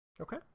Okay